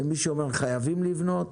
לבין מי שאומר: חייבים לבנות.